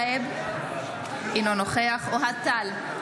אינו נוכח אוהד טל,